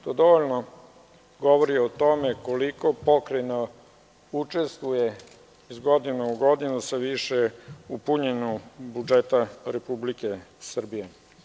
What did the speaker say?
To dovoljno govori o tome koliko AP učestvuje iz godine u godinu sve više u punjenju budžeta Republike Srbije.